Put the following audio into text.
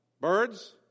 birds